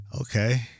okay